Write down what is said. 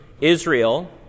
Israel